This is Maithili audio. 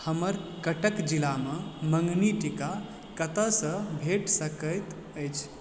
हमर कटक जिलामे मँगनी टीका कतयसँ भेट सकैत अछि